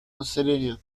населения